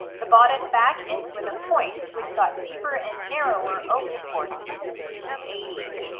the bodice back ends with a point which got deeper and narrower over the course of the seventeen eighty s,